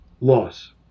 Loss